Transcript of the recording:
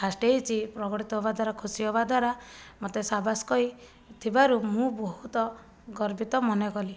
first ହେଇଛି ପ୍ରକଟିତ ହେବାଦ୍ୱାରା ଖୁସି ହେବାଦ୍ୱାରା ମୋତେ ସାବାସ କହି ଥିବାରୁ ମୁଁ ବହୁତ ଗର୍ବିତ ମନେ କଲି